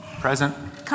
Present